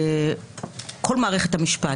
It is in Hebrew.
כל מערכת המשפט,